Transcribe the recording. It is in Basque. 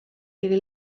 ere